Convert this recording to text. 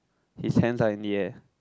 his hands are in the air